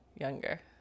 younger